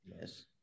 Yes